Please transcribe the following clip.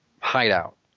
hideout